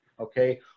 Okay